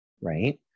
right